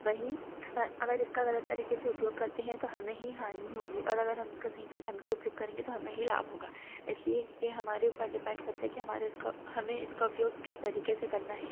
वहीं अगर इसका गलत तरीके से उपयोग करते हैं तो हमें ही हानि होगी और अगर हम इसका सही ढंग से उपयोग करेंगे तो हमें ही लाभ होगा इसलिए क्योंकि यह हमारे ऊपर डिपेंड करता है कि हमारा इसका हमें इसका उपयोग किस तरीके से करना है